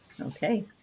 Okay